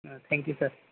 thank you sir